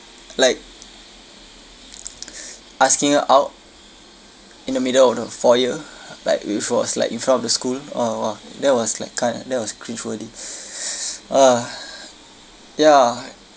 like asking her out in the middle of the foyer like which was like in front of the school or or that was like kind of that was cringe worthy ah ya